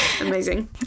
amazing